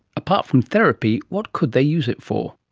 apart from therapy, what could they use it for?